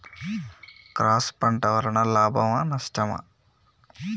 Cross పంట వలన లాభమా నష్టమా?